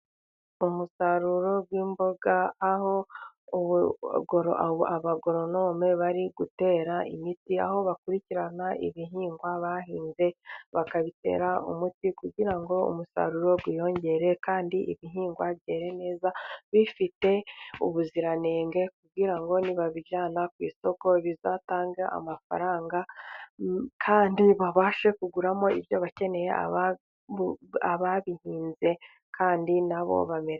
Umusaruro w'imboga, aho abagoronome bari gutera imiti, aho bakurikirana ibihingwa bahinze bakabitera umuti. Kugira ngo umusaruro wiyongere, kandi ibihingwa byere neza bifite ubuziranenge, kugira ngo nibabijyana ku isoko bizatange amafaranga kandi babashe kuguramo ibyo bakeneye. Ababihinze kandi na bo bamere neza.